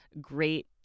great